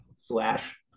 slash